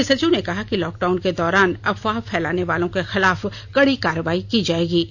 मुख्य सचिव ने कहा कि लॉकडाउन के दौरान अफवाह फैलाने वालों के खिलाफ कड़ी कार्रवाई की जाएगी